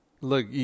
Look